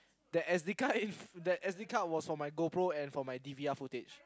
that S_D card in that S_D card was for my GoPro and for my D_V_R footage